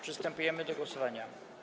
Przystępujemy do głosowania.